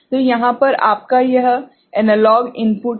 तो यहाँ पर आपका यह एनालॉग इनपुट है